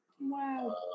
Wow